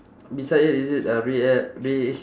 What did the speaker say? beside it is it a rea~ uh rea~